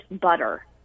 butter